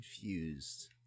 confused